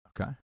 Okay